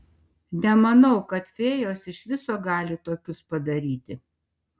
nemanau kad fėjos iš viso gali tokius padaryti